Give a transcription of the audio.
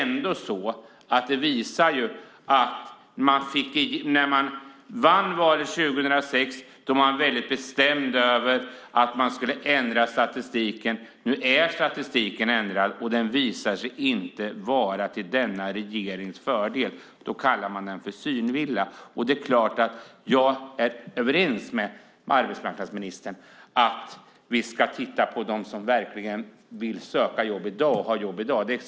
När man vann valet 2006 var man väldigt bestämd med att man skulle ändra statistiken. Nu är statistiken ändrad, och den visar sig inte vara till denna regerings fördel. Då talar man om en synvilla. Det är klart att jag är överens med arbetsmarknadsministern om att vi ska titta på dem som verkligen vill söka och ha jobb i dag.